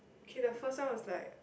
K the first one is like